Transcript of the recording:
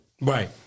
Right